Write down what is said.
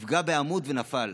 הוא נפגע בעמוד ונפל.